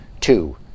Two